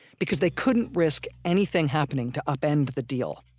because they couldn't risk anything happening to upend the deal.